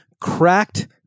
cracked